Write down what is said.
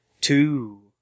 two